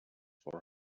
for